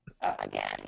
Again